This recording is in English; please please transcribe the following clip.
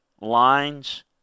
lines